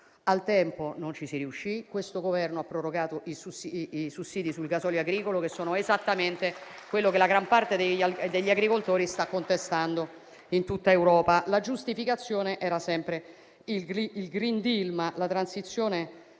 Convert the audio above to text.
Al tempo non ci si riuscì. Questo Governo ha prorogato i sussidi sul gasolio agricolo, che è esattamente il problema per cui la gran parte degli agricoltori sta facendo contestazioni in tutta Europa. La giustificazione era sempre il *green deal*. La transizione